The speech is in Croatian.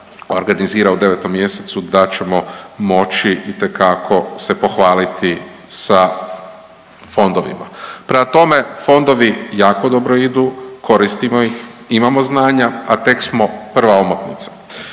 organizira u 9. mjesecu da ćemo moći itekako se pohvaliti sa fondovima. Prema tome, fondovi jako dobro idu, koristimo ih, imamo znanja, a tek smo prva omotnica.